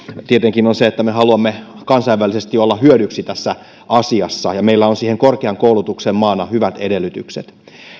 tietenkin on se että me haluamme kansainvälisesti olla hyödyksi tässä asiassa ja meillä on siihen korkean koulutuksen maana hyvät edellytykset